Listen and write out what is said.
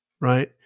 right